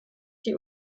die